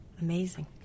amazing